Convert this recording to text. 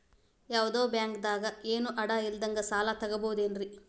ಯಾವ್ದೋ ಬ್ಯಾಂಕ್ ದಾಗ ಏನು ಅಡ ಇಲ್ಲದಂಗ ಸಾಲ ತಗೋಬಹುದೇನ್ರಿ?